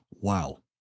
Wow